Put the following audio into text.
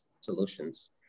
solutions